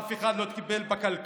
אף אחד לא טיפל בכלכלה,